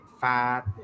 fat